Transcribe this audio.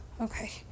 Okay